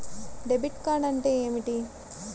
Debit card అంటే ఏమిటి?